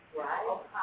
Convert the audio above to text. right